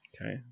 Okay